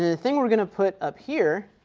ah thing we're going to put up here,